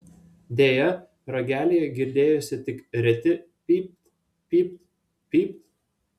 deja ragelyje girdėjosi tik reti pypt pypt pypt